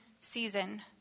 season